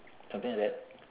something like that